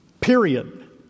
Period